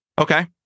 Okay